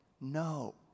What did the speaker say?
no